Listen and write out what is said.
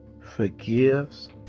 forgives